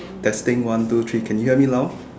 testing one two three can you hear me now